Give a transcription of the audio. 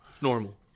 Normal